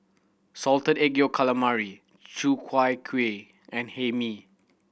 Salted Egg Yolk Calamari Ku Chai Kuih and Hae Mee